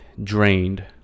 drained